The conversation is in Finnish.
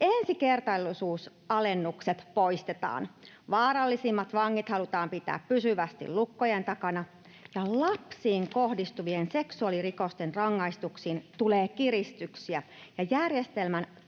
Ensikertalaisuusalennukset poistetaan, vaarallisimmat vangit halutaan pitää pysyvästi lukkojen takana, lapsiin kohdistuvien seksuaalirikosten rangaistuksiin tulee kiristyksiä, ja järjestelmän